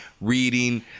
reading